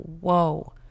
whoa